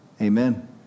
Amen